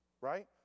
right